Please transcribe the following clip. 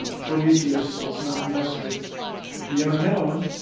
ah prometheus let's not mess with the unknown.